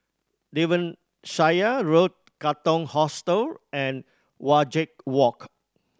Devonshire Road Katong Hostel and Wajek Walk